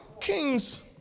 Kings